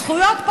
זכויות,